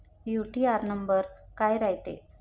UTR number काय रायते?